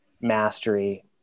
mastery